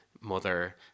mother